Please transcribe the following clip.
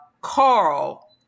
Carl